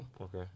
Okay